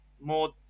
more